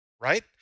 right